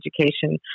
education